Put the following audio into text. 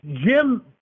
Jim